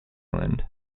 island